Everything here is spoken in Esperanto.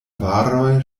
varoj